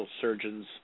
surgeons